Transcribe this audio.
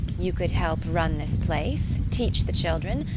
you could help run this place, teach the children,